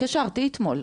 התקשרתי אתמול,